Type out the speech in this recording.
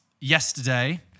Yesterday